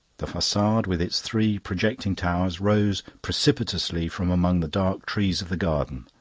the facade with its three projecting towers rose precipitously from among the dark trees of the garden.